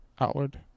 outward